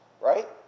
right